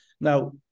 now